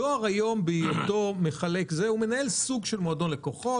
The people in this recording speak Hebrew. הדואר היום בהיותו מחלק דברי דואר מנהל סוג של מועדון לקוחות.